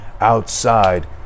outside